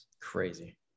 Crazy